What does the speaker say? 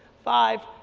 five,